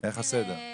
איך הסדר?